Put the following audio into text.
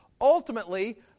Ultimately